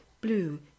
blue